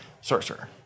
sorcerer